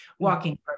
Walking